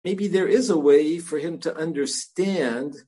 Maybe there is a way for him to understand